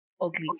ugly